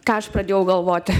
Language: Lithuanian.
ką aš pradėjau galvoti